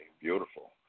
Beautiful